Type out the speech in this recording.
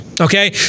okay